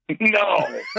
No